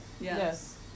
Yes